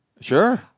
Sure